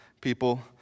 people